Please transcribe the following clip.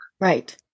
right